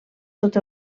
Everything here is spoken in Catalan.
tot